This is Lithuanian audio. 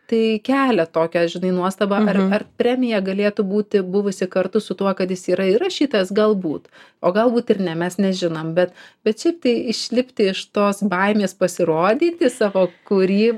tai kelia tokią žinai nuostabą ar ar premija galėtų būti buvusi kartu su tuo kad jis yra įrašytas galbūt o galbūt ir ne mes nežinom bet bet šiaip tai išlipti iš tos baimės pasirodyti savo kurį